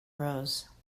rose